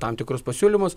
tam tikrus pasiūlymus